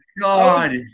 God